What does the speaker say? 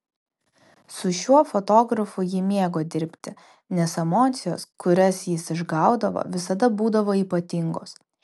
su šiuo fotografu ji mėgo dirbti nes emocijos kurias jis išgaudavo visada būdavo ypatingos